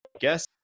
Guess